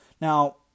Now